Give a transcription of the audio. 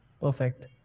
perfect